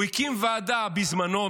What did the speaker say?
הוא הקים ועדה בזמנו,